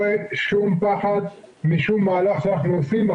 הייתה ישיבת מועצה עם תוכנית מתאר שתובא לעיר ערד במהלך השנים הקרובות.